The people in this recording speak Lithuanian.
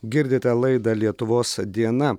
girdite laidą lietuvos diena